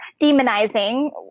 demonizing